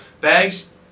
bags